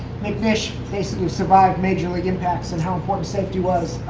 mcnish basically survived major-league impacts and how important safety was.